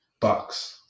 Bucks